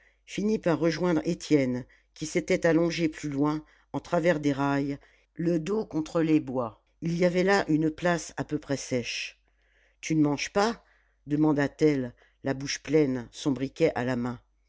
finit par rejoindre étienne qui s'était allongé plus loin en travers des rails le dos contre les bois il y avait là une place à peu près sèche tu ne manges pas demanda-t-elle la bouche pleine son briquet à la main